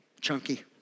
chunky